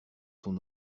son